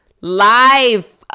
life